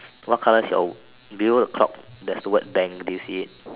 what colour is your below the clock there is the word dang do you see it